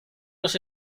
los